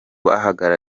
bashakanye